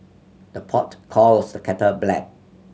the pot calls the kettle black